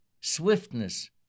swiftness